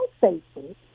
safety